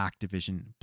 Activision